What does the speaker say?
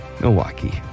Milwaukee